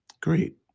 Great